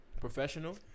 professional